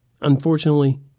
Unfortunately